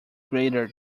greater